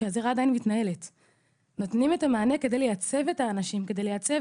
הם נותנים את המענה כדי לייצב את האנשים ולייצב